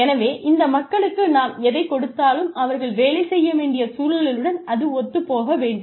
எனவே இந்த மக்களுக்கு நாம் எதைக் கொடுத்தாலும் அவர்கள் வேலை செய்ய வேண்டிய சூழலுடன் அது ஒத்துப்போக வேண்டும்